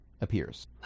appears